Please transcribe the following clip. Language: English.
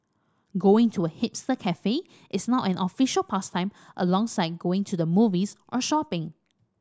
going to a hipster cafe is now an official pastime alongside going to the movies or shopping